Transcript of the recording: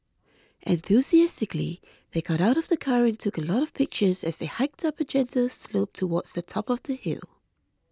enthusiastically they got out of the car and took a lot of pictures as they hiked up a gentle slope towards the top of the hill